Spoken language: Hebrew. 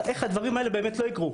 הדברים האלה באמת לא יקרו?